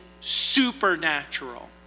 supernatural